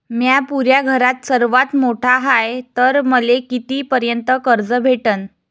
म्या पुऱ्या घरात सर्वांत मोठा हाय तर मले किती पर्यंत कर्ज भेटन?